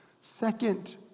Second